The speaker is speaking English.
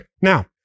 Now